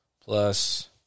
plus